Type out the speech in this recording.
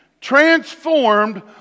transformed